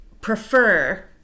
prefer